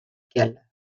galles